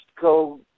go